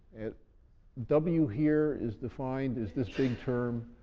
w here is defined as this big term.